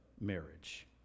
marriage